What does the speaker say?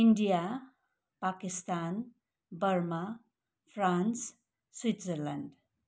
India Pakistan Burma France Switzerland